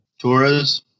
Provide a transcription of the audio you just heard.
Torres